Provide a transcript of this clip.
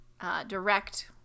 direct